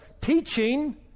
teaching